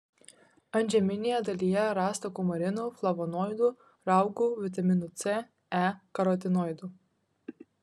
antžeminėje dalyje rasta kumarinų flavonoidų raugų vitaminų c e karotinoidų